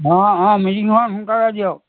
অঁ অঁ মিটিঙখন সোনকালে দিয়ক